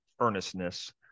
earnestness